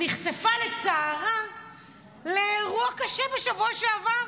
נחשפה לצערה לאירוע קשה בשבוע שעבר.